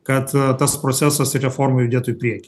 kad tas procesas ir reforma judėtų į priekį